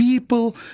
People